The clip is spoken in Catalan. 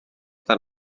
tan